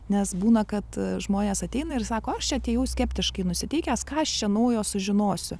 nes būna kad žmonės ateina ir sako aš čia atėjau skeptiškai nusiteikęs ką aš čia naujo sužinosiu